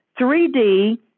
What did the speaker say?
3D